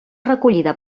recollida